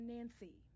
Nancy